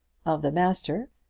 of the master,